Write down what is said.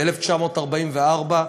ב-1944,